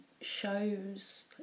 shows